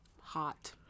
hot